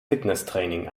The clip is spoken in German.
fitnesstraining